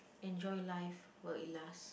enjoy life while it last